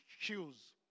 choose